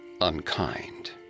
unkind